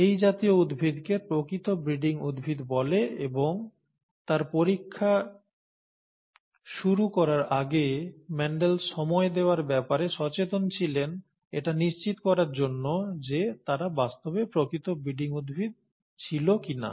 এই জাতীয় উদ্ভিদকে প্রকৃত ব্রিডিং উদ্ভিদ ট্রু ব্রিডিং প্লান্ট বলে এবং তার পরীক্ষা শুরু করার আগে মেন্ডেল সময় দেওয়ার ব্যাপারে সচেতন ছিলেন এটা নিশ্চিত করার জন্য যে তারা বাস্তবে প্রকৃত ব্রিডিং উদ্ভিদ ছিল কিনা